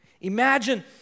Imagine